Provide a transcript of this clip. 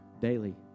daily